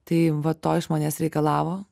tai va to iš manęs reikalavo